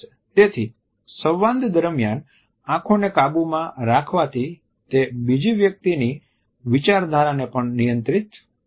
તેથી સંવાદ દરમિયાન આંખોને કાબુમાં રાખવાથી તે બીજી વ્યક્તિની વિચારધારાને પણ નિયંત્રિત કરી શકે છે